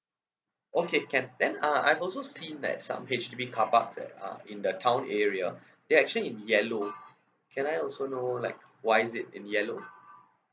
okay can then uh I've also seen like some H_D_B carparks that are in the town area they're actually in yellow can I also know like why is it in yellow